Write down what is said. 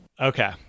Okay